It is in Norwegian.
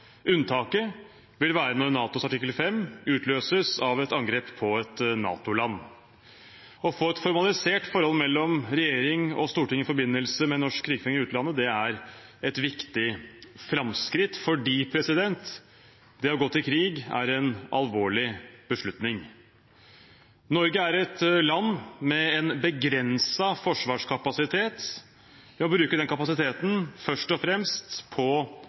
Unntaket vil være når NATOs artikkel 5 utløses av et angrep på et NATO-land. Å få et formalisert forhold mellom regjering og storting i forbindelse med norsk krigføring i utlandet er et viktig framskritt, fordi det å gå til krig er en alvorlig beslutning. Norge er et land med en begrenset forsvarskapasitet. Vi må bruke den kapasiteten først og fremst på